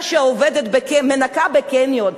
אשה שעובדת כמנקה בקניון,